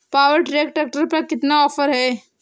Power track tractor पर कितना offer है?